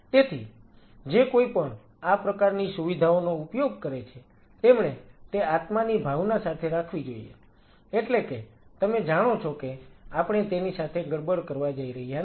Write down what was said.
તેથી જે કોઈ પણ આ પ્રકારની સુવિધાઓનો ઉપયોગ કરે છે તેમણે તે આત્માની ભાવના સાથે રાખવી જોઈએ એટલે કે તમે જાણો છો કે આપણે તેની સાથે ગડબડ કરવા જઈ રહ્યા નથી